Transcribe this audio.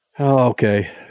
Okay